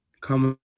come